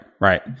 right